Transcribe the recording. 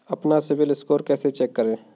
अपना CIBIL score कैसे check करें?